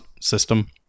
system